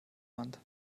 wand